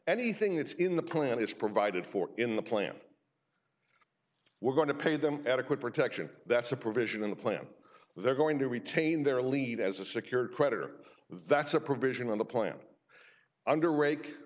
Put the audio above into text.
anything that's in the plan is provided for in the plan we're going to pay them adequate protection that's a provision in the plan they're going to retain their lead as a secured creditor that's a provision on the planet under rake